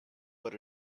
but